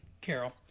Carol